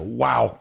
wow